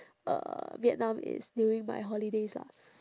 uh vietnam is during my holidays lah